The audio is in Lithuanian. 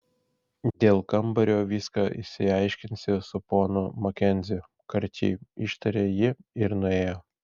dėl kambario viską išsiaiškinsiu su ponu makenziu karčiai ištarė ji ir nuėjo